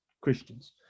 Christians